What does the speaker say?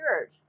church